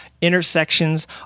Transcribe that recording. intersections